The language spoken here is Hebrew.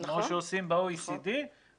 כמו שעושים ב-OECD,